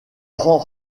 rend